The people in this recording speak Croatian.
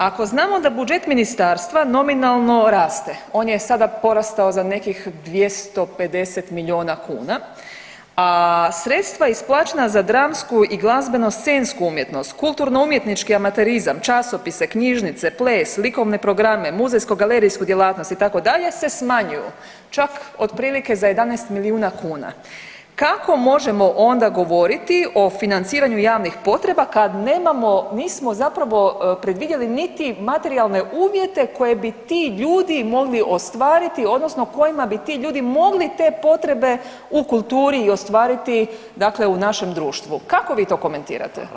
Ako znamo da budžet ministarstva nominalno raste, on je sada porastao za nekih 250 milijuna kuna, a sredstva isplaćena za dramsku i glazbeno scensku umjetnost, kulturno umjetnički amaterizam, časopise, knjižnice, ples, likovne programe, muzejsko galerijsku djelatnost itd. se smanjuju čak otprilike za 11 milijuna kuna, kako možemo onda govoriti o financiranju javnih potreba kad nemamo, nismo zapravo predvidjeli niti materijalne uvjete koje bi ti ljudi mogli ostvariti odnosno kojima bi ti ljudi mogli te potrebe u kulturi i ostvariti dakle u našem društvu, kako vi to komentirate?